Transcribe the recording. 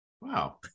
Wow